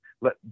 let